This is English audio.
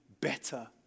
better